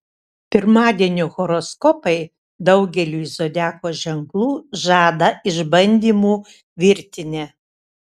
pirmadienio horoskopai daugeliui zodiako ženklų žada išbandymų virtinę